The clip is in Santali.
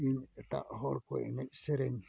ᱤᱧ ᱮᱴᱟᱜ ᱦᱚᱲ ᱠᱚ ᱮᱱᱮᱡ ᱥᱮᱨᱮᱧ